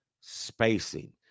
spacing